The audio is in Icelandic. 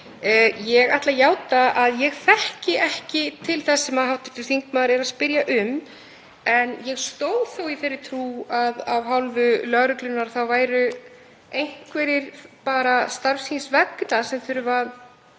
Ég ætla að játa að ég þekki ekki til þess sem hv. þingmaður er að spyrja um en ég stóð þó í þeirri trú að af hálfu lögreglunnar væru einhverjir bara starfs síns vegna sem þyrftu að